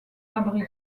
abri